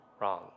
wrong